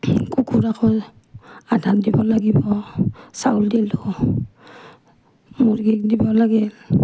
কুকুৰা ঘৰ ধান দিব লাগিব চাউল দিলোঁ মূৰ্গীক দিব লাগিল